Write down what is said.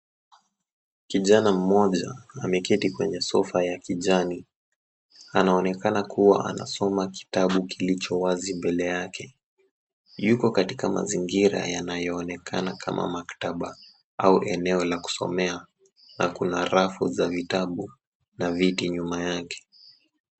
Kijana mmoja ameketi kwenye sofa ya kijani, anaonekana kuwa anasoma kitabu kilicho wazi mbele yake, yuko katika mazingira yanayoonekana kama maktaba au eneo la kusomea na kuna rafu za vitabu na viti nyuma yake.